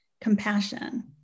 compassion